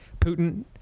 Putin